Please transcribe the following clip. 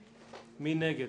6 נגד,